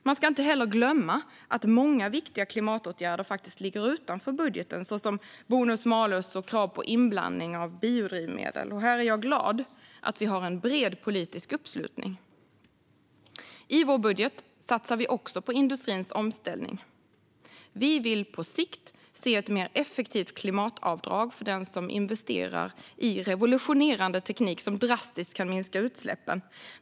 Man ska inte heller glömma att många viktiga klimatåtgärder ligger utanför budgeten, såsom bonus-malus och krav på inblandning av biodrivmedel. Här är jag glad att vi har bred politisk uppslutning. I vår budget satsar vi också på industrins omställning. Vi vill på sikt se ett mer effektivt klimatavdrag för dem som investerar i revolutionerande teknik som drastiskt kan minska utsläppen.